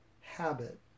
habit